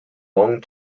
long